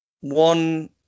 one